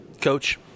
Coach